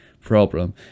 problem